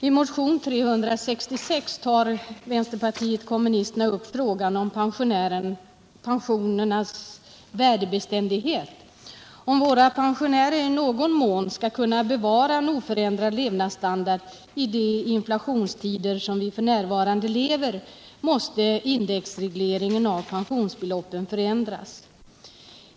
I motionen 366 tar vpk upp frågan om pensionernas värdebeständighet. Om våra pensionärer i någon mån skall kunna bevara en oförändrad levnadsstandard i de inflationstider som vi f. n. upplever, måste indexregleringen av pensionsbeloppen förändras.